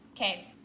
Okay